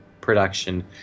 production